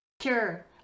Sure